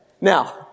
Now